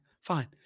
Fine